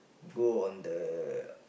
go on the